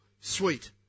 sweet